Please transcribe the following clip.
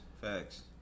facts